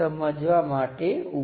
તેથી આ બન્ને તમને n સમકક્ષ આપશે